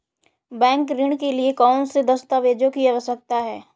Bank ऋण के लिए कौन से दस्तावेजों की आवश्यकता है?